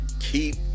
Keep